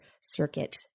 circuit